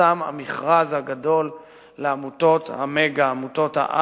יפורסם המכרז הגדול לעמותות-המגה, עמותות-העל,